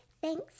Thanks